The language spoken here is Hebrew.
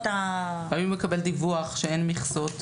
--- אבל אם הוא יקבל דיווח שאין מכסות,